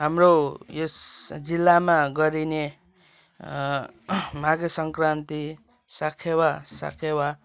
हाम्रो यस जिल्लामा गरिने माघे सङ्क्रान्ति साखेवा साकेवा